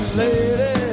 lady